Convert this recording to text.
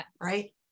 Right